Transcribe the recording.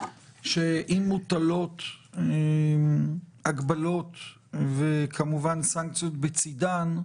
שאם מוטלות הגבלות וכמובן סנקציות בצדן,